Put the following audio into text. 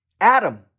Adam